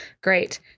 Great